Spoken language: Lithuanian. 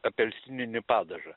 apelsininį padažą